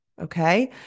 Okay